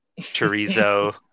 chorizo